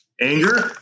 anger